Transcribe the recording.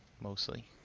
Mostly